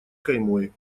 каймой